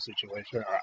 situation